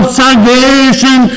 salvation